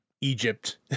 Egypt